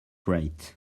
rate